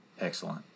Excellent